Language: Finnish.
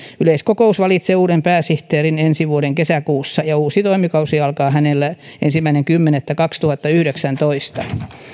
yleiskokous valitsee uuden pääsihteerin ensi vuoden kesäkuussa ja uusi toimikausi alkaa hänellä ensimmäinen kymmenettä kaksituhattayhdeksäntoista